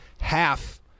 half